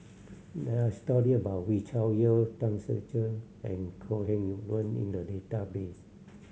there are story about Wee Cho Yaw Tan Ser Cher and Kok Heng Leun in the database